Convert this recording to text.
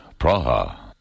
Praha